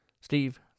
Steve